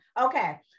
Okay